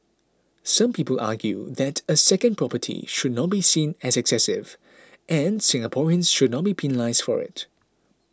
some people argue that a second property should not be seen as excessive and Singaporeans should not be penalised for it